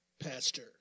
pastor